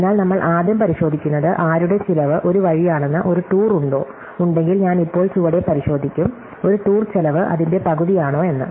അതിനാൽ നമ്മൾ ആദ്യം പരിശോധിക്കുന്നത് ആരുടെ ചിലവ് ഒരു വഴിയാണെന്ന് ഒരു ടൂർ ഉണ്ടോ ഉണ്ടെങ്കിൽ ഞാൻ ഇപ്പോൾ ചുവടെ പരിശോധിക്കും ഒരു ടൂർ ചെലവ് അതിന്റെ പകുതിയാണോ എന്ന്